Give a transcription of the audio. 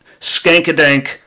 skankadank